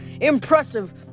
Impressive